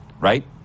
right